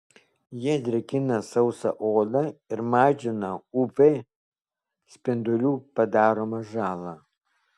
jie drėkina sausą odą ir mažina uv spindulių padaromą žalą